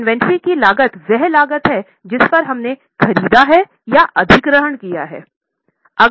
तो इन्वेंट्री की लागत वह लागत है जिस पर हमने ख़रीदा है या अधिग्रहण किया है